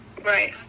Right